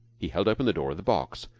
he held open the door of the box.